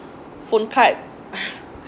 phone